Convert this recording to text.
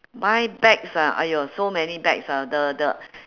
buy bags ah !aiyo! so many bags ah the the